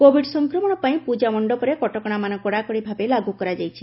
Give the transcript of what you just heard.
covid ସଂକ୍ରମଣ ପାଇଁ ପୂଜା ମଣ୍ଡପରେ କଟକଣାମାନ କଡ଼ାକଡ଼ି ଭାବେ ଲାଗୁ କରାଯାଇଛି